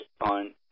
on